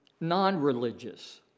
non-religious